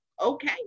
Okay